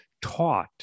taught